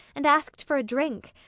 and asked for a drink.